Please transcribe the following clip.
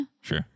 sure